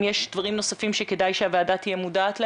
אם יש דברים נוספים שכדאי שהוועדה תהיה מודעת להם.